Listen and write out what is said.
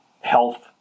health